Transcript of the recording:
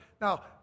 Now